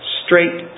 straight